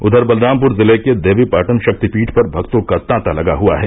उधर बलरामपुर जिले के देवीपाटन शक्तिपीठ पर भक्तों का तांता लगा हुआ है